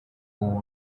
ubu